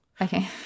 okay